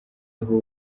aho